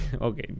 Okay